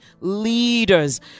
leaders